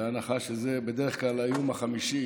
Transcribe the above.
בהנחה שזה בדרך כלל האיום החמישי,